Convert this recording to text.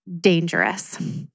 dangerous